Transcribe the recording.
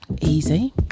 easy